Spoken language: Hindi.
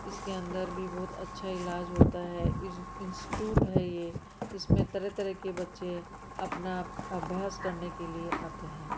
इस के अंदर भी बहुत अच्छा इलाज होता है इंस्टिट्यूट है ये इस में तरह तरह के बच्चे अपना अभ्यास करने के लिए आते हैं